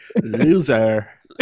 loser